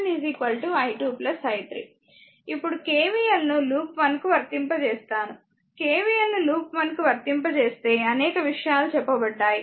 ఇప్పుడు KVL ను loop 1 కు వర్తింపజేస్తాను KVL ను లూప్ 1 కు వర్తింపజేస్తే అనేక విషయాలు చెప్పబడ్డాయి